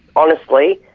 honestly,